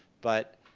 but